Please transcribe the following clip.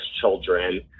children